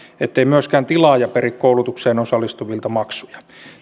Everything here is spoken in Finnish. ettei myöskään tilaaja peri koulutukseen osallistuvilta maksuja